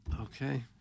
Okay